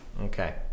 Okay